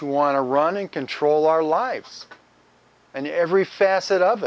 who want to run in control our lives and every facet of